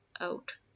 out